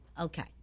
Okay